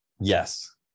Yes